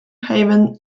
haven